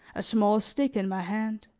a small stick in my hand